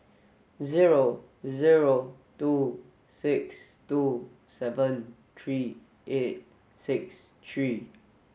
zero zero two six two seven three eight six three